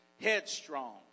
headstrong